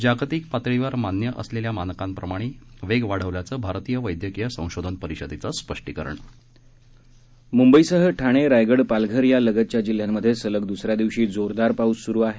जागतिक पातळीवर मान्य असलेल्या मानकांप्रमाणे वेग वाढविल्याचं भारतीय वैदयकीय संशोधन परिषदेचं स्पष्टीकरण मुंबईसह ठाणे रायगड पालघर या लगतच्या जिल्ह्यामध्ये सलग दुसऱ्या दिवशी जोरदार पाऊस स्रु आहे